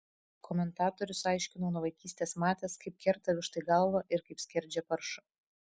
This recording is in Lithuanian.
komentatorius aiškino nuo vaikystės matęs kaip kerta vištai galvą ir kaip skerdžia paršą